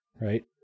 right